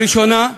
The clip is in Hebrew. בראשונה,